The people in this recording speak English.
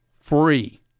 free